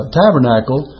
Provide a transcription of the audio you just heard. tabernacle